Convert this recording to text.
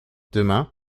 demain